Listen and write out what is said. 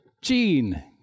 Gene